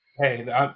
hey